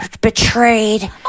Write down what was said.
betrayed